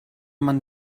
man